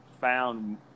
found